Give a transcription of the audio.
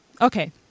okay